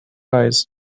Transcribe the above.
eyes